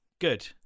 Good